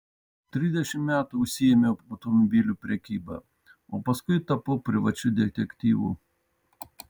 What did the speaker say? trisdešimt metų užsiėmiau automobilių prekyba o paskui tapau privačiu detektyvu